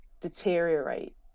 deteriorate